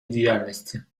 діяльності